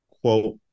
quote